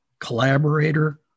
collaborator